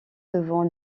devant